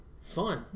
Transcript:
fun